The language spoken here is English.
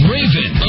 Raven